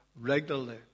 regularly